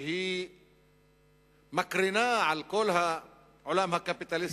שהיא מקרינה על כל העולם הקפיטליסטי,